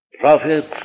prophet